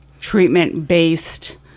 treatment-based